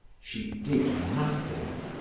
she did nothing.